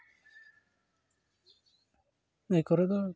ᱱᱤᱭᱟᱹ ᱠᱚᱨᱮ ᱫᱚ